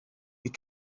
you